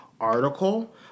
article